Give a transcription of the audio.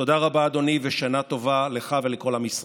תודה רבה, אדוני, ושנה טובה לך ולכל עם ישראל.